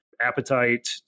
appetite